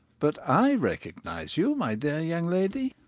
but i recognise you, my dear young lady